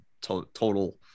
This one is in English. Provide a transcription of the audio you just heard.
total